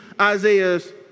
Isaiah's